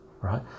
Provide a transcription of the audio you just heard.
right